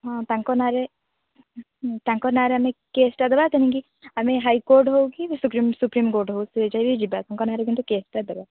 ହଁ ତାଙ୍କ ନାଁରେ ତାଙ୍କ ନାଁରେ ଆମେ କେସ୍ଟା ଦେବା ତେଣିକି ଆମେ ହାଇ କୋର୍ଟ ହେଉ କି ସୁପ୍ରିମ୍ ସୁପ୍ରିମ୍ କୋର୍ଟ ହେଉ ସେ ଯାକେଁ ଯିବା ତାଙ୍କ ନାଁରେ କିନ୍ତୁ କେସ୍ଟା ଦେବା